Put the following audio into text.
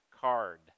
card